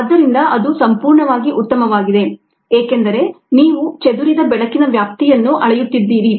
ಆದ್ದರಿಂದ ಅದು ಸಂಪೂರ್ಣವಾಗಿ ಉತ್ತಮವಾಗಿದೆ ಏಕೆಂದರೆ ನೀವು ಚದುರಿದ ಬೆಳಕಿನ ವ್ಯಾಪ್ತಿಯನ್ನು ಅಳೆಯುತ್ತಿದ್ದೀರಿ